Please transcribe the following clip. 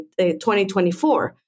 2024